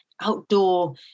outdoor